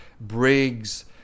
Briggs